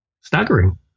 staggering